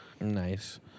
Nice